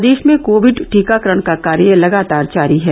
प्रदेश में कोविड टीकाकरण का कार्य लगातार जारी है